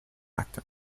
akte